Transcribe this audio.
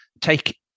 take